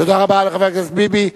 תודה רבה לחבר הכנסת ביבי.